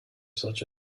such